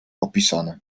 opisane